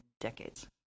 decades